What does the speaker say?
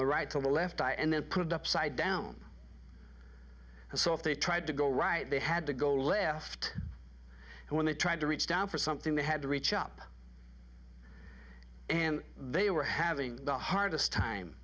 the right to the left eye and then put upside down so if they tried to go right they had to go left and when they tried to reach down for something they had to reach up and they were having the hardest time